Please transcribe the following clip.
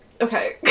okay